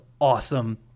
awesome